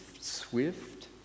swift